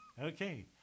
Okay